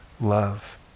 love